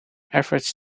average